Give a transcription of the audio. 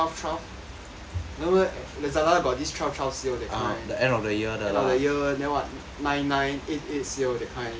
那么 Lazada got this twelve twelve sale that time end of the year then what nine nine eight eight sale that kind ya I just